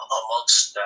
amongst